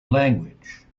language